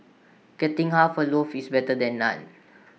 getting half A loaf is better than none